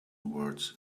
words